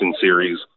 Series